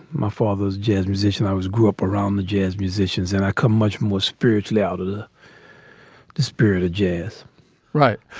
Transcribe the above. my father's jazz musician, i was grew up around the jazz musicians and i come much more spiritually out of the the spirit of jazz right.